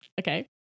Okay